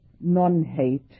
non-hate